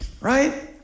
right